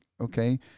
okay